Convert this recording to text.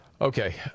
Okay